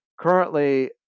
Currently